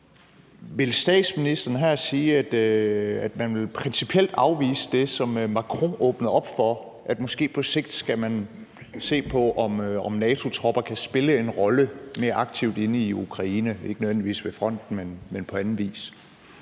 Vil statsministeren her sige, at man principielt vil afvise det, som Macron åbnede op for, nemlig at man måske på sigt skal se på, om NATO-tropper kan spille en rolle mere aktivt ind i Ukraine, ikke nødvendigvis ved fronten, men på anden vis?